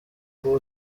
kuba